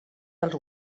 als